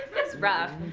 it's rough.